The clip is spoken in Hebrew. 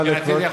מבחינתי,